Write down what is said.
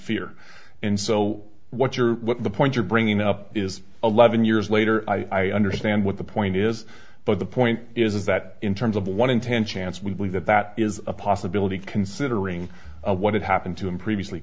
fear and so what you're what the point you're bringing up is eleven years later i understand what the point is but the point is that in terms of one in ten chance we believe that that is a possibility considering what had happened to him previously